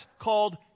called